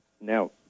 Now